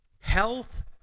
Health